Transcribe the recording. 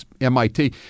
MIT